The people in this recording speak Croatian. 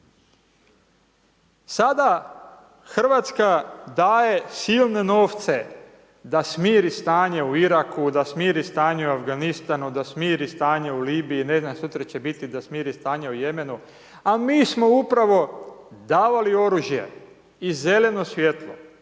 Sada Hrvatska daje silne novce da smiri stanje u Iraku, da smiri stanje u Afganistanu, da smiri stanje u Libiji, ne znam sutra će biti da smiri stanje u Jemenu, a mi smo upravo davali oružje i zeleno svijetlo,